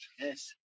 Yes